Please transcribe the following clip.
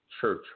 church